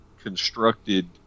constructed